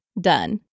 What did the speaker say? done